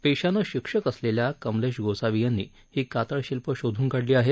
पेशानं शिक्षक असलेल्या कमलेश गोसावी यांनी ही कातळशिल्प शोधून काढली आहेत